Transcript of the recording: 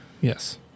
yes